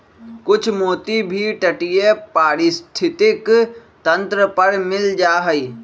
कुछ मोती भी तटीय पारिस्थितिक तंत्र पर मिल जा हई